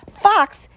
Fox